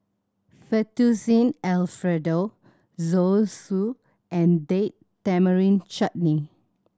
Fettuccine Alfredo Zosui and Date Tamarind Chutney